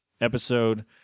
episode